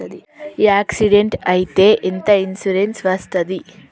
Accident అయితే ఎంత insurance వస్తది?